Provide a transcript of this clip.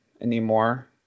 anymore